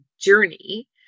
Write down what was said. journey